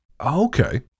Okay